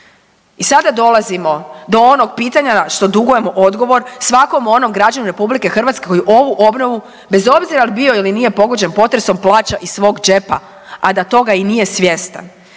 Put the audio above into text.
I sada dolazimo do onog pitanja što dugujemo odgovor svakom onom građaninu RH koji ovu obnovu bez obzira jel bio ili nije pogođen potresom plaća iz svog džepa, a da toga i nije svjestan.